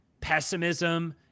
pessimism